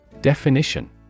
Definition